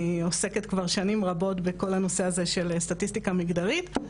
אני עוסקת כבר שנים רבות בכל הנושא הזה של סטטיסטיקה מגדרית,